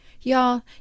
y'all